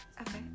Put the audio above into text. Okay